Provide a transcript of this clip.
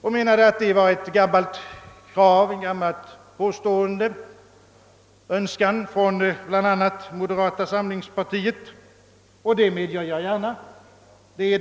Man menade, att det var ett gammalt påstående eller en önskan från bl.a. moderata samlingspartiet. Jag medger gärna detta.